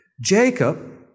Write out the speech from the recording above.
Jacob